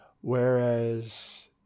whereas